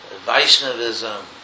Vaishnavism